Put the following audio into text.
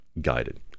Guided